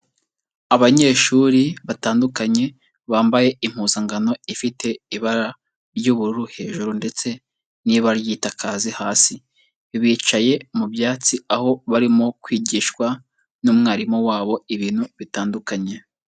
Abanyeshuri batandukanye bambaye impuzankano ifite ibara ry'ubururu hejuru ndetse n'ibara ry'igitakazi hasi, bicaye mu byatsi aho barimo kwigishwa n'umwarimu wabo ibintu bitandukanye.